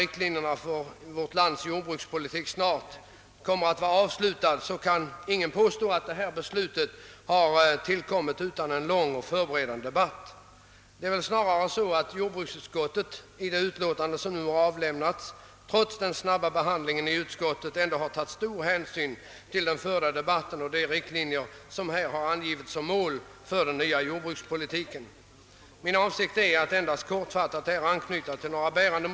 Under alla förhållanden borde detta få konkurrera på lika villkor. Ger man ett ensidigt stöd åt storproduktionen, och speciellt till den storproduktion som knappast har anknytning till jordbruket, skapas nya överskottsproblem, man undergräver familjejordbrukets existens, skapar nya nedläggningsproblem, och skapar nya problem för de kvarvarande, ensidigt drivna jordbruken att under hela året effektivt kunna utnyttja arbetskraften. Ganska säkert blir vinsten minimal, om det nu över huvud taget blir någon vinst.